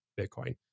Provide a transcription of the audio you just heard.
Bitcoin